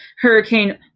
Hurricane